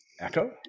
echo